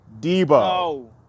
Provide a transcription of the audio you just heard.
Debo